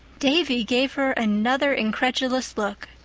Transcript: davy gave her another incredulous look,